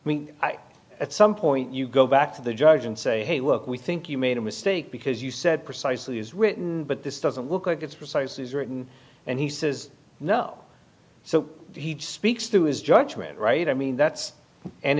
sixty mean at some point you go back to the judge and say hey look we think you made a mistake because you said precisely as written but this doesn't look like it's precisely as written and he says no so he speaks to his judgment right i mean that's and